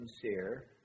sincere